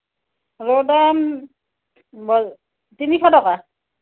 ৰৌৰ দাম তিনিশ টকা